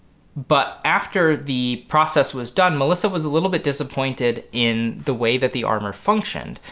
but after the process was done melissa was a little bit disappointed in the way that the armor functioned.